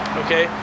okay